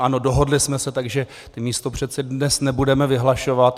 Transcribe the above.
Ano, dohodli jsme se, takže místopředsedy dnes nebudeme vyhlašovat.